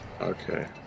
okay